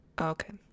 Okay